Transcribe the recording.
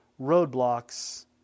roadblocks